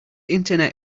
internet